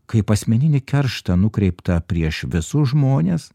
kaip asmeninį kerštą nukreiptą prieš visus žmones